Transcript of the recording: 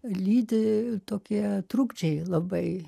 lydi tokie trukdžiai labai